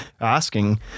asking